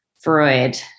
Freud